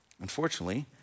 Unfortunately